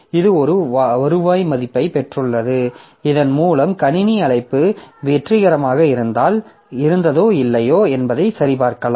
இது ஒரு வருவாய் மதிப்பைப் பெற்றுள்ளது இதன் மூலம் கணினி அழைப்பு வெற்றிகரமாக இருந்ததா இல்லையா என்பதை சரிபார்க்கலாம்